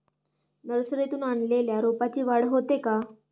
नर्सरीतून आणलेल्या रोपाची वाढ होते का?